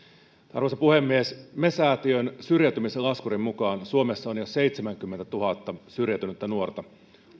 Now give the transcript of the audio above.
arvoisa puhemies me säätiön syrjäytymislaskurin mukaan suomessa on jo seitsemänkymmentätuhatta syrjäytynyttä nuorta